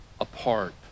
apart